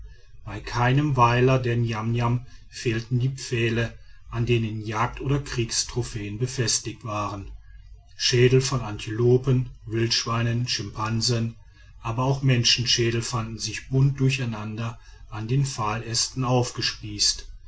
bei keinem weiler der niamniam fehlten die pfähle an denen jagd oder kriegstrophäen befestigt waren schädel von antilopen wildschweinen schimpansen aber auch menschenschädel fanden sich bunt durcheinander an den pfahlästen aufgespießt